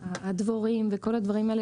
הדבורים וכל הדברים האלה.